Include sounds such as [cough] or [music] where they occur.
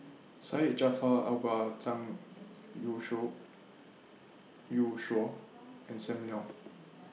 Syed Jaafar Albar Zhang [unintelligible] Youshuo and SAM Leong